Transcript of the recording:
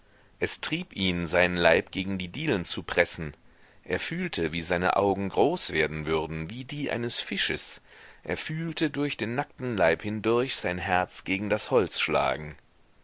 es trieb ihn seinen leib gegen die dielen zu pressen er fühlte wie seine augen groß werden würden wie die eines fisches er fühlte durch den nackten leib hindurch sein herz gegen das holz schlagen